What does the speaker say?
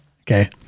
Okay